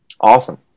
Awesome